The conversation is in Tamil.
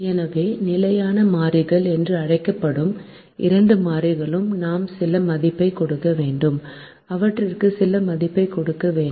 எனவே நிலையான மாறிகள் என்று அழைக்கப்படும் இரண்டு மாறிகளுக்கு நாம் சில மதிப்பைக் கொடுக்க வேண்டும் அவற்றுக்கு சில மதிப்பைக் கொடுக்க வேண்டும்